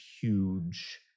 huge